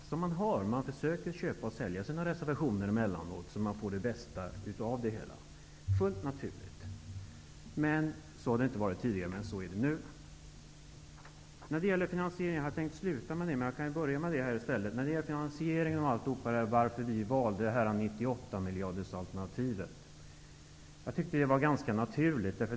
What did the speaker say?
Man försöker köpa och sälja sina reservationer så att man får ut det bästa av det hela. Det är fullt naturligt. Så har det inte varit tidigare, men så är det nu. När det gäller finansieringen: Varför valde vi 98 miljardersalternativet? Jag tyckte det var ganska naturligt.